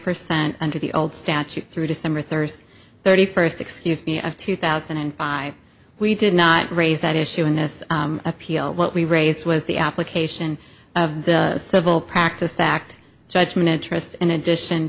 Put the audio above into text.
percent under the old statute through december third thirty first excuse me of two thousand and five we did not raise that issue in this appeal what we raised was the application of civil practice act judgment interest in addition